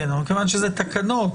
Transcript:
כיוון שאלה תקנות,